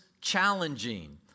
challenging